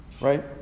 right